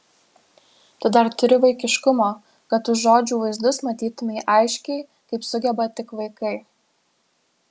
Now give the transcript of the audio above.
tu dar turi vaikiškumo kad už žodžių vaizdus matytumei aiškiai kaip sugeba tik vaikai